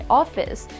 office